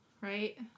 right